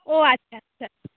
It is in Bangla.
ও আচ্ছা আচ্ছা